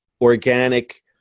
organic